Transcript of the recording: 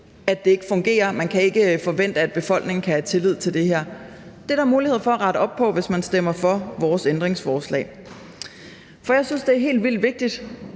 at det ikke fungerer, og at man ikke kan forvente, at befolkningen kan have tillid til det her. Det er der mulighed for at rette op på, hvis man stemmer for vores ændringsforslag. For jeg synes, det er helt vildt vigtigt,